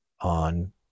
on